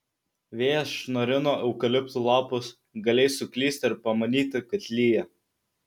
vėjas šnarino eukaliptų lapus galėjai suklysti ir pamanyti kad lyja